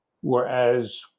Whereas